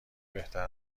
بهتر